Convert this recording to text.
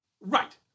Right